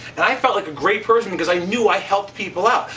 and i felt like a great person because i knew i helped people out.